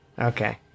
Okay